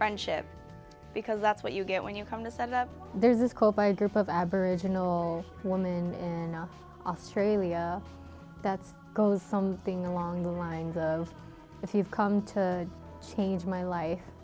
friendship because that's what you get when you come to set up there's this call by a group of aboriginal women and australia that's goes something along the lines of if you've come to change my life